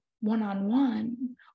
one-on-one